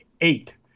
eight